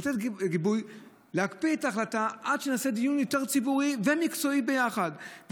לתת גיבוי להקפיא את ההחלטה עד שנעשה דיון יותר ציבורי ומקצועי ביחד.